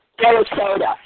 Minnesota